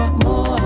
more